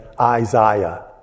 Isaiah